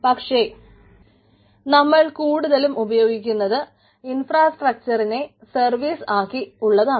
പക്ഷെ നമ്മൾ കൂടുതലും ഉപയോഗിക്കുന്നത് ഇൻഫ്രാസ്ട്രക്ചർറിനെ സർവീസ് ആക്കി ഉള്ളതാണ്